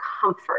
comfort